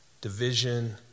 division